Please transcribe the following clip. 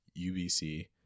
UBC